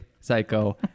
psycho